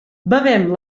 bevem